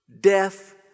death